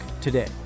today